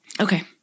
Okay